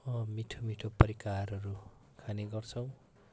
मिठो मिठो परिकारहरू खाने गर्छौँ